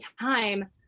time